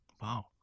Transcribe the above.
Wow